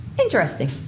interesting